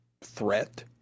threat